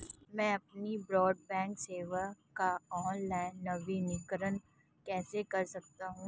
मैं अपनी ब्रॉडबैंड सेवा का ऑनलाइन नवीनीकरण कैसे कर सकता हूं?